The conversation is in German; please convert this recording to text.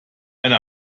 eine